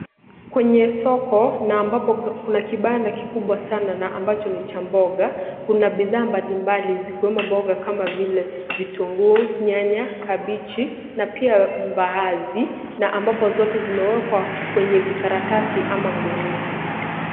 Kwenye soko na ambapo kuna kibanda kikubwa sana na ambacho ni cha mboga. Kuna bidhaa mbalimbali zikiwemo mboga kama vile vitunguu, nyanya, kabichi na pia mbaazi na ambapo zote zimewekwa kwenye vikaratasi ama gunia.